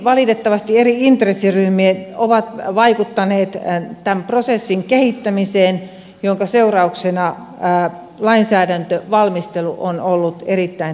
valitettavasti eri intressiryhmät ovat vaikuttaneet tämän prosessin kehittämiseen minkä seurauksena lainsäädäntövalmistelu on ollut erittäin takkuista